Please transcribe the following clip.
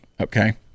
okay